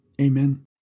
Amen